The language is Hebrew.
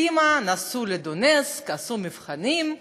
ונסעו לדונצק ועשו מבחנים,